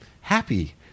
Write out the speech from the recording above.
happy